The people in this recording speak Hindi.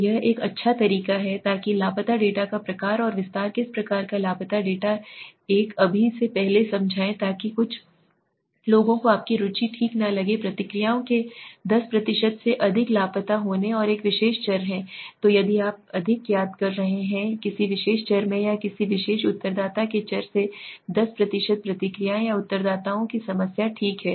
तो यह एक अच्छा तरीका है ताकि लापता डेटा का प्रकार और विस्तार किस प्रकार का लापता डेटा I अभी से पहले समझाएं ताकि कुछ लोगों को आपकी रुचि ठीक न लगे प्रतिक्रियाओं के 10 से अधिक लापता होने और एक विशेष चर है तो यदि आप अधिक याद कर रहे हैं किसी विशेष चर में या किसी विशेष उत्तरदाता के चर से 10 प्रतिक्रियाएँ या उत्तरदाताओं की समस्या ठीक है